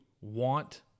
want